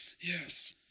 Yes